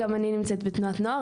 גם אני נמצאת בתנועת נוער,